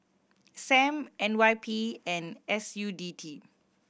Sam N Y P and S U T D